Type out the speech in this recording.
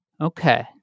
Okay